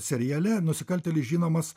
seriale nusikaltėlis žinomas